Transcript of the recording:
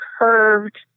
curved